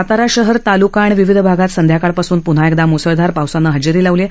सातारा शहर तालुका आणि विविध भागात संध्याकाळपासून पुन्हा एकदा मुसळधार पावसाने हजेरी लावली आहे